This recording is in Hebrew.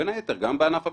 בין היתר גם בענף הביטוח.